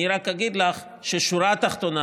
אני רק אגיד לך שבשורה תחתונה,